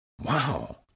Wow